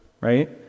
right